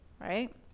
right